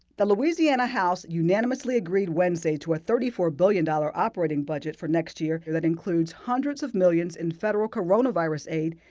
the louisiana house unanimously agreed wednesday to a thirty four billion dollars operating budget for next year that includes hundreds of millions in federal coronavirus aid,